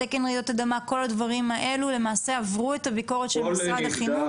תקן רעידות אדמה-כל הדברים האלו למעשה עברו את הביקורת של משרד החינוך.